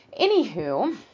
anywho